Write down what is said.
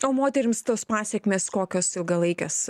o moterims tos pasekmės kokios ilgalaikės